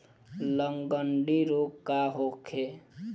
लगंड़ी रोग का होखे?